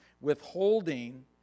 withholding